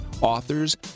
authors